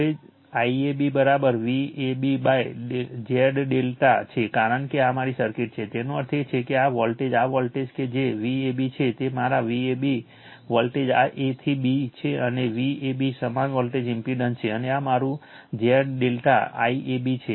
હવેIAB VabZ ∆ છે કારણ કે આ મારી સર્કિટ છે તેનો અર્થ એ છે કે આ વોલ્ટેજ આ વોલ્ટેજ કે જે Vab છે તે મારા Vab વોલ્ટેજ આ A થી B છે અને Vab સમાન વોલ્ટેજ ઇમ્પેડન્સ છે અને આ મારું Z ∆ IAB છે